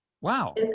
Wow